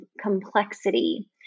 complexity